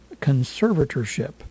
conservatorship